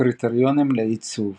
קריטריונים לעיצוב